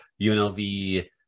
UNLV